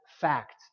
fact